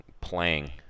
playing